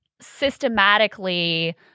systematically